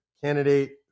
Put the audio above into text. candidate